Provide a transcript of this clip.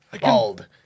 bald